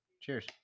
Cheers